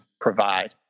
provide